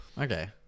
Okay